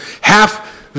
half